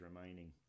remaining